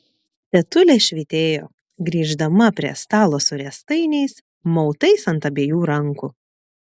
tetulė švytėjo grįždama prie stalo su riestainiais mautais ant abiejų rankų